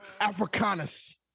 Africanus